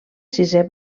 sisè